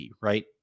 right